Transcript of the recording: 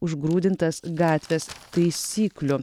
užgrūdintas gatvės taisyklių